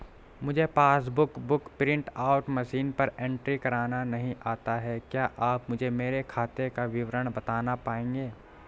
मुझे passbook book print out machine पर entry करना नहीं आता है क्या आप मुझे मेरे खाते का विवरण बताना पाएंगे?